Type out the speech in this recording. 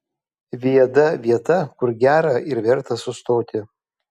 viada vieta kur gera ir verta sustoti